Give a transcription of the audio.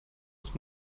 ist